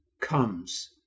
comes